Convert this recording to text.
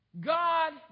God